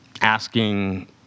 asking